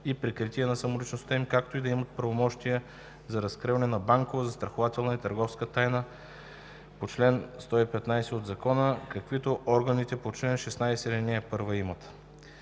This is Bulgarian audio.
и прикритие на самоличността им, както и да имат правомощия за разкриване на банкова, застрахователна и търговска тайна по чл. 115 от Закона, каквито органите по чл. 16, ал. 1 имат.